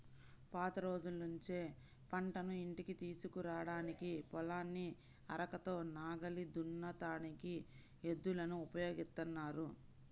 పాత రోజుల్నుంచే పంటను ఇంటికి తీసుకురాడానికి, పొలాన్ని అరకతో నాగలి దున్నడానికి ఎద్దులను ఉపయోగిత్తన్నారు